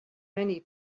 many